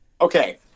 Okay